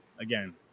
again